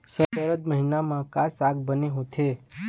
सरद महीना म का साक साग बने होथे?